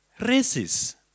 races